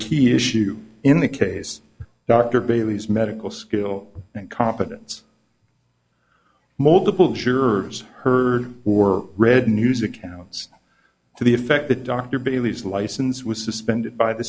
key issue in the case dr bailey's medical skill and confidence multiple jurors heard or read news accounts to the effect that dr billy's license was suspended by the